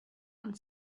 and